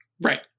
Right